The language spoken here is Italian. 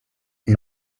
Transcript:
the